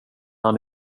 han